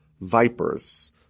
vipers